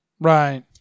Right